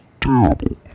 terrible